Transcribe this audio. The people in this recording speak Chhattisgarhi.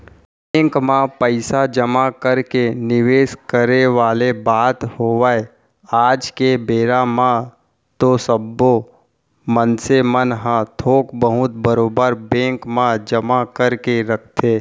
बेंक म पइसा जमा करके निवेस करे वाले बात होवय आज के बेरा म तो सबे मनसे मन ह थोक बहुत बरोबर बेंक म जमा करके रखथे